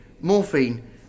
Morphine